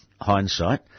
hindsight